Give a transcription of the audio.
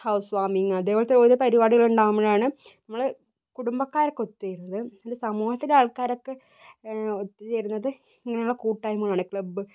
house warming അതേപോലെത്തെ ഓരോ പരിപാടികൾ ഉണ്ടാകുമ്പോഴാണ് നമ്മൾ കുടുംബക്കാരൊക്കെ ഒത്തുചേരുന്നത് പിന്നെ സമൂഹത്തിൽ ആൾക്കാരൊക്കെ ഒത്തുചേരുന്നത് ഇങ്ങനെയുള്ള കൂട്ടായ്മയിൽ ആണ് ക്ലബ്ബ്